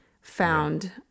found